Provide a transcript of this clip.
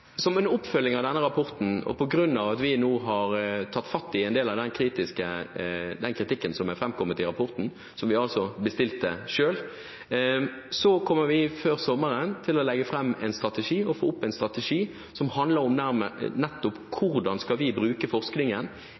vi nå har tatt fatt i en del av den kritikken som er framkommet i rapporten – som vi altså bestilte selv – kommer vi før sommeren til å legge fram en strategi, få opp en strategi, som nettopp handler om hvordan vi skal bruke forskningen i utviklingssamarbeid, for vi